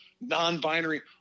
non-binary